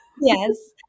Yes